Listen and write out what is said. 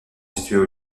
situés